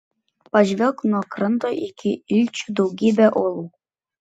pažvelk nuo kranto iki ilčių daugybė uolų